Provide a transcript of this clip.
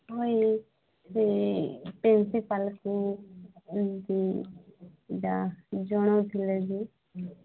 ହଁ ଏଇ ଏଇ ପ୍ରିନ୍ସିପାଲ୍ଙ୍କୁ ଜଣଉ ଥିଲେ ଯୋଉ